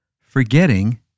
forgetting